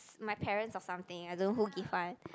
my parents or something I don't know who give one